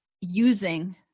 using